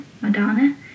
madonna